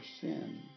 sin